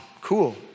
cool